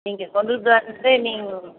நீங்கள் கொண்டுகிட்டு வந்துட்டு நீங்கள்